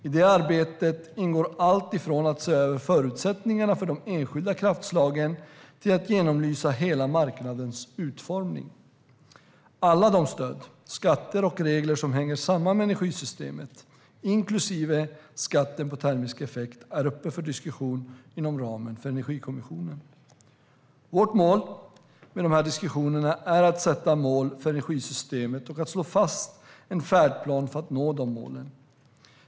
I det arbetet ingår allt ifrån att se över förutsättningarna för de enskilda kraftslagen till att genomlysa hela marknadens utformning. Alla de stöd, skatter och regler som hänger samman med energisystemet, inklusive skatten på termisk effekt, är uppe för diskussion inom ramen för Energikommissionen. Vårt mål med de diskussionerna är att sätta mål för energisystemet och att slå fast en färdplan för att nå målen.